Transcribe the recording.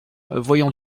voyons